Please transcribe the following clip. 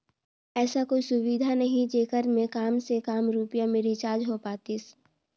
ऐसा कोई सुविधा नहीं जेकर मे काम से काम रुपिया मे रिचार्ज हो पातीस?